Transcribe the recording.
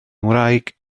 ngwraig